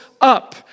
up